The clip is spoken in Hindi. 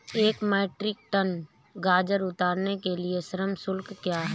एक मीट्रिक टन गाजर उतारने के लिए श्रम शुल्क क्या है?